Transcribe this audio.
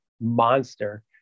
monster